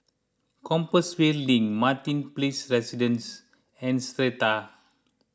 Compassvale Link Martin Place Residences and Strata